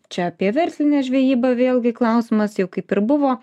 čia apie verslinę žvejybą vėlgi klausimas jau kaip ir buvo